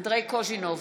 אנדרי קוז'ינוב,